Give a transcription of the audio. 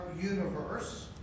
universe